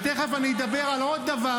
ותכף אני אדבר על עוד דבר,